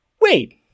wait